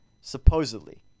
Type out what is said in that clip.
supposedly